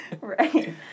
Right